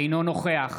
אינו נוכח